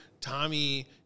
Tommy